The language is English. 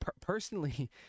personally